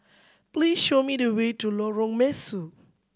please show me the way to Lorong Mesu